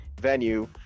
venue